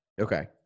Okay